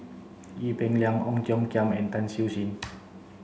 Ee Peng Liang Ong Tiong Khiam and Tan Siew Sin